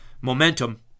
momentum